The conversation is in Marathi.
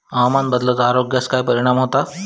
हवामान बदलाचो आरोग्याक काय परिणाम होतत?